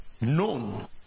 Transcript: known